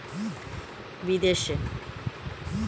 কোন দেশে পণ্য সামগ্রীর মূল্য অনেক বেশি বেড়ে যায়?